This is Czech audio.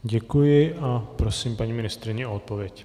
Děkuji a prosím paní ministryní o odpověď.